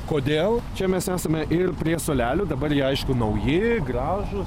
kodėl čia mes esame ir prie suolelių dabar jie aišku nauji gražūs